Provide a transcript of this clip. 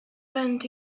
went